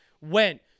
went